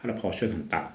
它的 portion 很大